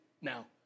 now